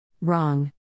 Wrong